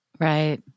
Right